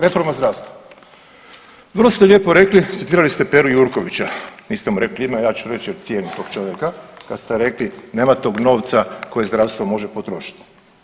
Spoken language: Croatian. Reforma zdravstva, vrlo ste lijepo rekli, citirali ste Peru Jurkovića niste mu rekli ime, a ja ću reći jer cijenim tog čovjeka kad ste rekli nema tog novca koje zdravstvo može potrošiti.